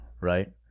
Right